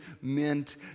meant